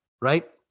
right